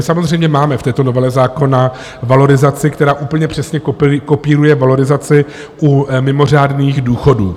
Samozřejmě máme v této novele zákona valorizaci, která úplně přesně kopíruje valorizaci u mimořádných důchodů.